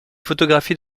photographie